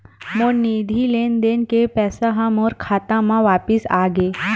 मोर निधि लेन देन के पैसा हा मोर खाता मा वापिस आ गे